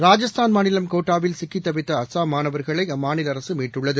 ராஜஸ்தான் மாநிலம் கோட்டாவில் சிக்கித்தவித்தஅசாம் மாணவா்களைஅம்மாநிலஅரசுமீட்டுள்ளது